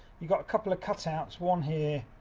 you've got a couple of cut outs. one here,